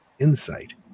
insight